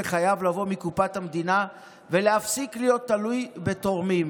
חייב לבוא מקופת המדינה ולהפסיק להיות תלוי בתורמים.